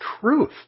truth